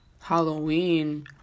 Halloween